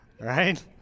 right